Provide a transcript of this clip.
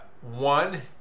One